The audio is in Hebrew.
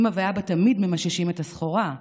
אימא ואבא תמיד ממששים את הסחורה,